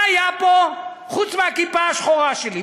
מה היה פה, חוץ מהכיפה השחורה שלי?